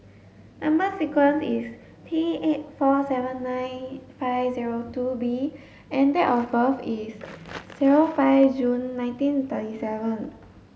number sequence is T eight four seven nine five zero two B and date of birth is zero five June nineteen thirty seven